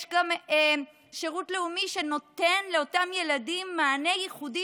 יש גם שירות לאומי שנותן לאותם ילדים מענה ייחודי,